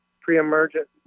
pre-emergent